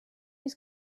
was